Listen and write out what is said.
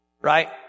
Right